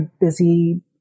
busy